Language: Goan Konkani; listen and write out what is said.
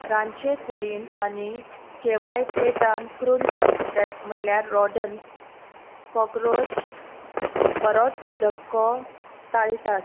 रांदचे कुडीन आनी केव्हाय प्लेटान क्रुंतक दॅट म्हणल्यार रॉडन्स कॉकरॉच बरोच झक्को ताळटात